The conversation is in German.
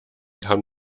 kann